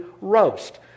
roast